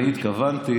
אני התכוונתי,